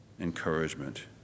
encouragement